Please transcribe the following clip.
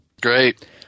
Great